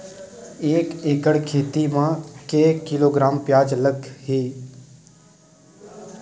एक एकड़ खेती म के किलोग्राम प्याज लग ही?